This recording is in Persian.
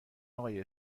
آقای